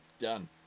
done